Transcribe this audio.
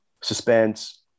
suspense